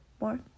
More